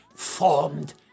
formed